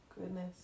Goodness